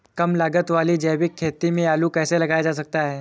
कम लागत वाली जैविक खेती में आलू कैसे लगाया जा सकता है?